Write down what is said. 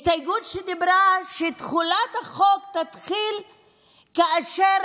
הסתייגות שדיברה על כך שתחולת החוק תתחיל כאשר